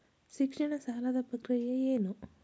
ಶಿಕ್ಷಣ ಸಾಲದ ಪ್ರಕ್ರಿಯೆ ಏನು?